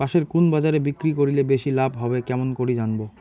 পাশের কুন বাজারে বিক্রি করিলে বেশি লাভ হবে কেমন করি জানবো?